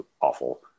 awful